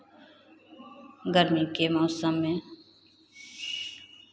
गर्मी के मौसम में